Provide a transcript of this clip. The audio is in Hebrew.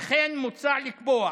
וכן מוצע לקבוע